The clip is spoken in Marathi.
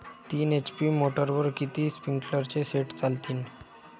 तीन एच.पी मोटरवर किती स्प्रिंकलरचे सेट चालतीन?